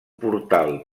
portal